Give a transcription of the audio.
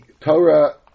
Torah